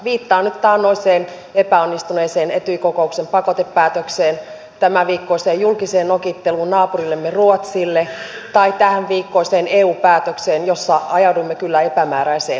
viittaan nyt taannoiseen epäonnistuneeseen etyj kokouksen pakotepäätökseen tämänviikkoiseen julkiseen nokitteluun naapurillemme ruotsille tai tämänviikkoiseen eu päätökseen jossa ajauduimme kyllä epämääräiseen seuraan